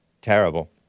Terrible